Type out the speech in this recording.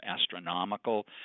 astronomical